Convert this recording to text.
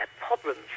problems